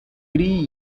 tree